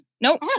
nope